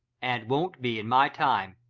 and won't be in my time.